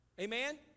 Amen